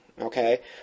okay